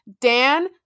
Dan